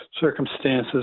circumstances